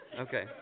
Okay